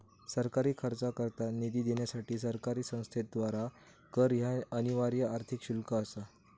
सरकारी खर्चाकरता निधी देण्यासाठी सरकारी संस्थेद्वारा कर ह्या अनिवार्य आर्थिक शुल्क असा